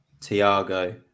Tiago